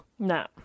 No